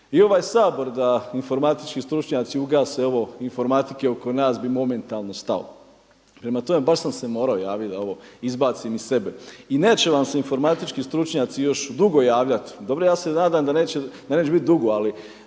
I ovaj Sabor da informatički stručnjaci ugase ovo informatike oko nas bi momentalno stao. Prema tome, baš sam se morao javit da ovo izbacim iz sebe. I neće vam se informatički stručnjaci još dugo javljati. Dobro ja se nadam da neće biti dugo, ali